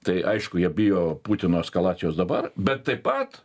tai aišku jie bijo putino eskalacijos dabar bet taip pat